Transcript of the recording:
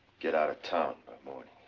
get out of town by morning.